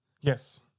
Yes